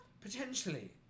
Potentially